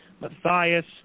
Matthias